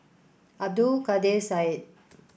Abdul Kadir Syed